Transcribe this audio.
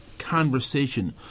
Conversation